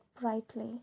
brightly